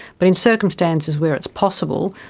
but in circumstances where it's possible,